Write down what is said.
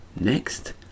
Next